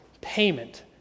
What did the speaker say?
payment